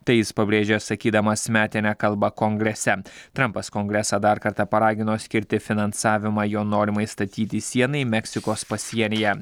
tai jis pabrėžia sakydamas metinę kalbą kongrese trampas kongresą dar kartą paragino skirti finansavimą jo norimai statyti sienai meksikos pasienyje